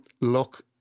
look